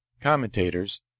Commentators